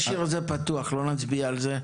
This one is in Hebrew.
נשאיר את זה פתוח ולא נצביע על זה.